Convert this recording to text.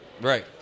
Right